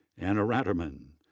anna ratterman,